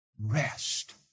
Rest